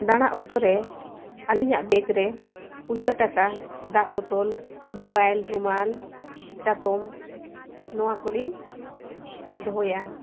ᱫᱟᱬᱟ ᱩᱛᱟᱹᱨᱮ ᱟᱹᱞᱤᱧᱟᱜ ᱵᱮᱜᱽ ᱨᱮ ᱯᱚᱭᱥᱟᱹ ᱴᱟᱠᱟ ᱫᱟᱜ ᱵᱳᱛᱳᱞ ᱢᱚᱵᱟᱭᱤᱞ ᱨᱩᱢᱟᱹᱞ ᱪᱟᱛᱚᱢ ᱱᱚᱣᱟ ᱠᱚᱞᱤᱧ ᱫᱚᱦᱚᱭᱟ